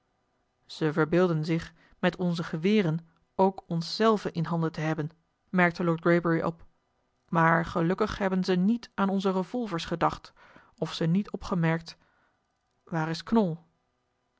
ze verbeelden zich met onze geweren ook ons zelve in handen te hebben merkte lord greybury op maar gelukkig hebben ze eli heimans willem roda niet aan onze revolvers gedacht of ze niet opgemerkt waar is knol